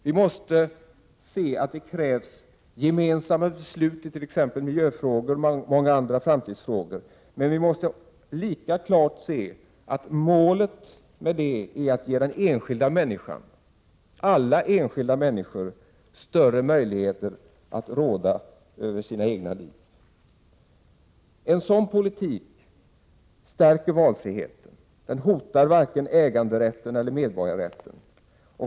Vi måste se att det krävs gemensamma beslut i t.ex. miljöfrågor och många andra framtidsfrågor, men vi måste lika klart se att målet är att ge den enskilda människan, alla enskilda människor, större möjligheter att råda över sina egna liv. En sådan politik stärker valfriheten, den hotar varken äganderätten eller medborgarrätten.